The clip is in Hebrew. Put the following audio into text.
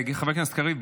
חבר הכנסת קריב,